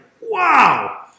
Wow